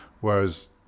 Whereas